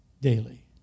daily